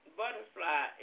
butterfly